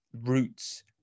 roots